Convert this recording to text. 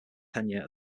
tenure